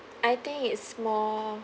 I think it's more